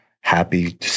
happy